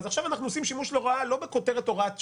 עכשיו אנחנו עושים שימוש לרעה לא בכותרת "הוראת שעה",